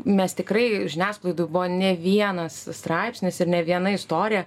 mes tikrai žiniasklaidoj buvo ne vienas straipsnis ir ne viena istorija